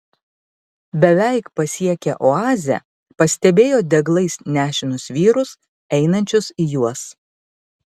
beveik pasiekę oazę pastebėjo deglais nešinus vyrus einančius į juos